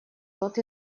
тот